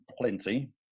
plenty